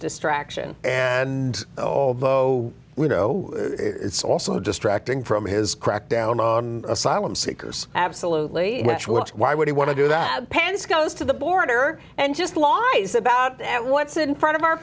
distraction and all though we know it's also distracting from his crackdown on asylum seekers absolutely why would he want to do that pan's goes to the border and just lock eyes about at what's in front of our